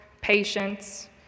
patience